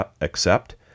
Accept